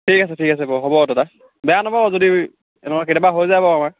ঠিক আছে ঠিক আছে বাৰু হ'ব দাদা বেয়া নাপাব যদি এনেকুৱা কেতিয়াবা হৈ যায় বাৰু আমাৰ